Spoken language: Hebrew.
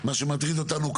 אבל אתה שומע את המחירים.